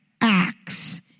acts